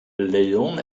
leon